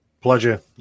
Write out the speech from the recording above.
Pleasure